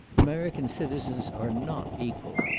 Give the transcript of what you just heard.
american citizens are not equal.